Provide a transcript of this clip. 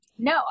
No